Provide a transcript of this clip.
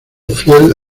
fiel